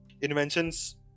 inventions